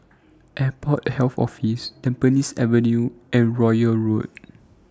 Airport Health Office Tampines Avenue and Royal Road